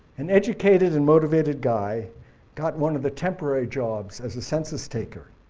an educated and motivated guy got one of the temporary jobs as a census taker.